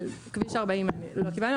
על כביש 40 לא קיבלנו,